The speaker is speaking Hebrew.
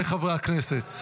חברי הכנסת,